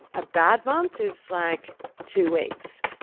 a bad month is like two weeks,